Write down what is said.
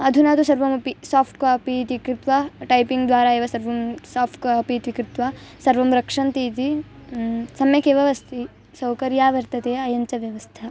अधुना तु सर्वमपि साफ़्ट् कापि इति कृत्वा टैपिङ्ग्द्वारा एव सर्वं साफ़्ट् कापि इति कृत्वा सर्वं रक्षन्ति इति सम्यक्केव अस्ति सौकर्यं वर्तते अयं च व्यवस्था